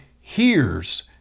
hears